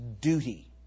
duty